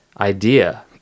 idea